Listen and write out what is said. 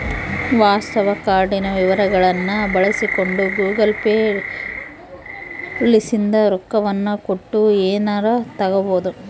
ವಾಸ್ತವ ಕಾರ್ಡಿನ ವಿವರಗಳ್ನ ಬಳಸಿಕೊಂಡು ಗೂಗಲ್ ಪೇ ಲಿಸಿಂದ ರೊಕ್ಕವನ್ನ ಕೊಟ್ಟು ಎನಾರ ತಗಬೊದು